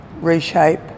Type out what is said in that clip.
reshape